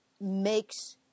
makes